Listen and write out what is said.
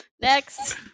Next